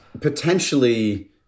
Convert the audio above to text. potentially